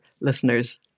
listeners